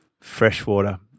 freshwater